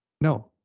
No